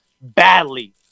badly